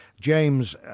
James